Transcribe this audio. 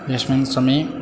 यस्मिन् समये